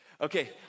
Okay